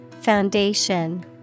Foundation